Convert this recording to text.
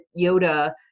Yoda